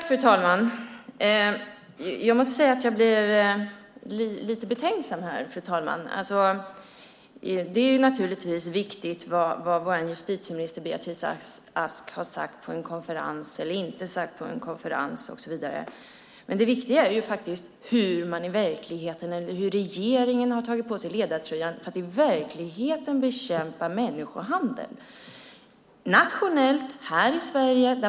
Fru talman! Jag blir lite betänksam. Det är givetvis viktigt vad justitieminister Beatrice Ask har sagt eller inte sagt på en konferens. Det viktiga är dock att regeringen har tagit på sig ledartröjan för att i verkligheten bekämpa människohandeln här i Sverige.